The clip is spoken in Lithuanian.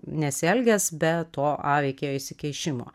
nesielgęs be to a veikėjo įsikišimo